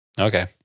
Okay